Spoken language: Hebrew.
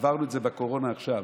עברנו את זה בקורונה עכשיו,